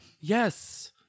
Yes